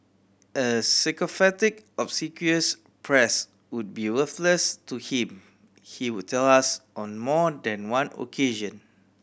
a sycophantic obsequious press would be worthless to him he would tell us on more than one occasion